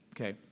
Okay